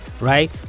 right